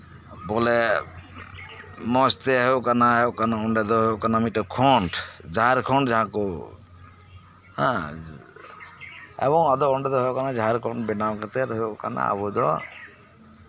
ᱵᱚᱞᱮ ᱢᱚᱸᱡᱛᱮ ᱦᱩᱭᱩᱜ ᱠᱟᱱᱟ ᱚᱱᱰᱮ ᱫᱚ ᱦᱩᱭᱩᱜ ᱠᱟᱱᱟ ᱠᱷᱚᱱᱰ ᱡᱟᱦᱟᱸ ᱠᱚ ᱮᱵᱚᱝ ᱚᱱᱟ ᱫᱚ ᱮᱵᱚᱝ ᱚᱱᱰᱮ ᱫᱚ ᱦᱩᱭᱩᱜ ᱠᱟᱱᱟ ᱡᱟᱸᱦᱟ ᱨᱚᱠᱚᱢ ᱵᱮᱱᱟᱜ ᱠᱟᱛᱮᱜ ᱦᱩᱭᱩᱜ ᱠᱟᱱᱟ